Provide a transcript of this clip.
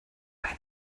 dein